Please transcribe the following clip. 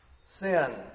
sin